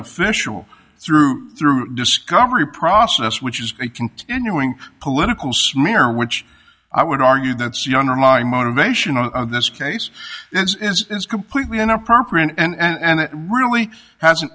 official through through discovery process which is a continuing political smear which i would argue that's younger my motivation on this case is completely inappropriate and it really has an